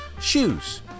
Shoes